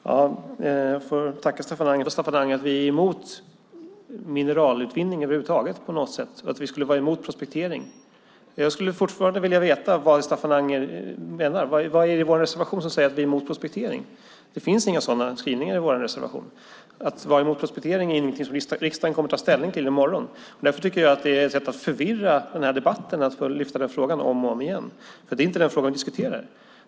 Fru talman! Jag får tacka Staffan Anger för svaret även om jag inte riktigt förstår. Fortfarande hävdar Staffan Anger att vi är emot mineralutvinning över huvud taget på något sätt och att vi skulle vara emot prospektering. Jag skulle fortfarande vilja veta vad Staffan Anger menar. Vad är det i vår reservation som säger att vi är emot prospektering? Det finns inga sådana skrivningar i vår reservation. Att vara emot prospektering är ingenting som riksdagen kommer att ta ställning till i morgon. Därför tycker jag att det är ett sätt att förvirra den här debatten att lyfta fram den frågan om och om igen. Det är inte den frågan vi diskuterar.